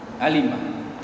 Alima